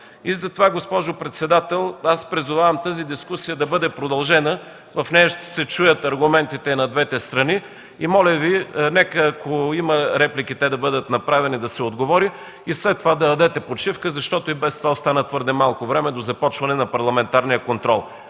образованието. Госпожо председател, призовавам тази дискусия да бъде продължена. В нея ще се чуят аргументите и на двете страни. Моля Ви, ако има реплики, те да бъдат направени, да се отговори и след това да дадете почивка, защото и без това остана твърде малко време до започване на Парламентарния контрол.